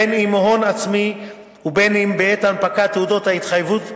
בין אם הון עצמי ובין אם בעת הנפקת תעודות ההתחייבות לראשונה,